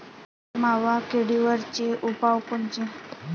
मावा किडीवरचे उपाव कोनचे?